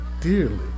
dearly